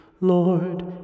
Lord